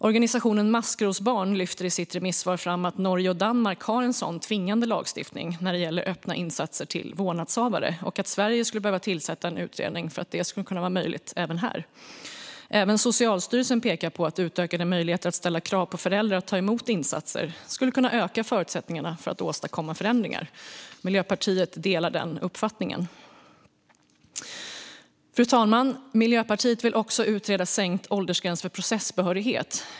Organisationen Maskrosbarn lyfter i sitt remissvar fram att Norge och Danmark har en sådan tvingande lagstiftning när det gäller öppna insatser till vårdnadshavare och att Sverige skulle behöva tillsätta en utredning för att det ska bli möjligt även här. Även Socialstyrelsen pekar på att utökade möjligheter att ställa krav på föräldrar att ta emot insatser skulle kunna öka förutsättningarna för att åstadkomma förändringar. Miljöpartiet delar denna uppfattning. Fru talman! Miljöpartiet vill också utreda sänkt åldersgräns för processbehörighet.